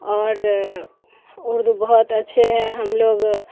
اور اردو بہت اچھے ہے ہم لوگ